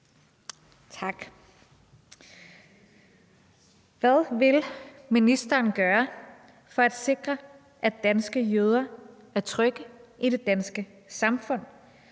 Hvad vil ministeren gøre for at sikre, at danske jøder er trygge i det danske samfund,